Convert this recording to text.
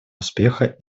успеха